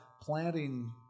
planting